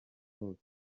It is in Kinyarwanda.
bose